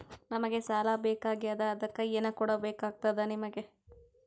ನಮಗ ಸಾಲ ಬೇಕಾಗ್ಯದ ಅದಕ್ಕ ಏನು ಕೊಡಬೇಕಾಗ್ತದ ನಿಮಗೆ?